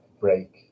break